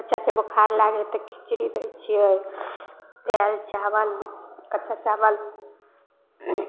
बच्चाके बोखार लागै हइ तऽ खिचड़ी दै छिए दालि चावल कच्चा चावल